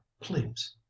please